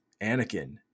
Anakin